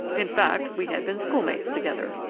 in fact, we had been schoolmates together.